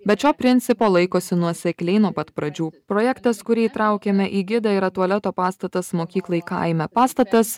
bet šio principo laikosi nuosekliai nuo pat pradžių projektas kurį įtraukiame į gidą yra tualeto pastatas mokyklai kaime pastatas